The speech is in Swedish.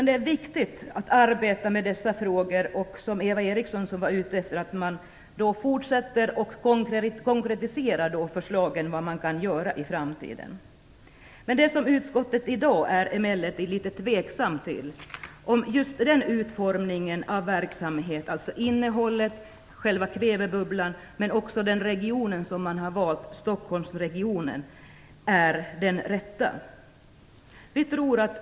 Det är viktigt att arbeta med dessa frågor. Eva Eriksson var ute efter att man skulle fortsätta att konkretisera förslagen beträffande vad som kan göras i framtiden. Utskottet är emellertid litet tveksamt till om utformningen av verksamheten är den rätta, när det gäller innehållet och själva kvävebubblan men också regionen, dvs. Stockholmsregionen.